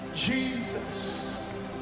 Jesus